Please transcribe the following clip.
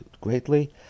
greatly